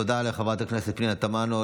תודה לחברת הכנסת פנינה תמנו,